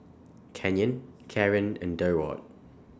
Canyon Kaaren and Durward